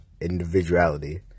individuality